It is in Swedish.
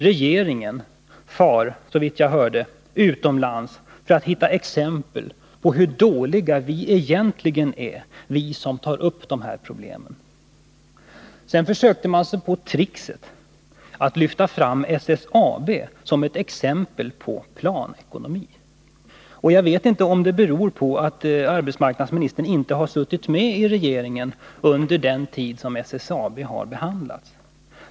Regeringen far, såvitt jag hörde, utomlands för att hitta exempel på hur dåliga vi egentligen är, vi som tar upp de här problemen. Sedan försökte man sig på trickset att lyfta fram SSAB som ett exempel på planekonomi. Jag vet inte om det beror på att arbetsmarknadsministern inte satt med i regeringen under den tid då SSAB behandlades.